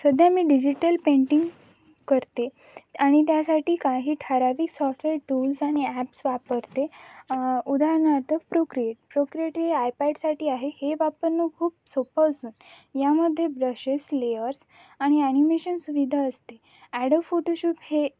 सध्या मी digital painting करते आणि त्यासाठी काही ठराविक सॉफ्टवेअर टूल्स आणि ॲप्स वापरते उदाहारणार्थ प्रोक्रिएट प्रोक्रिएट हे आयपॅडसाठी आहे हे वापरणं खूप सोपं असून यामध्ये ब्रशेस लेअर्स आणि ॲनिमेशन सुविधा असते ॲडोब फोटोशाॅप हे